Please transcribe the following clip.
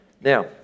Now